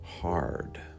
hard